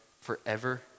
forever